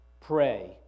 pray